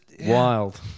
wild